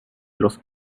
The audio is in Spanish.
los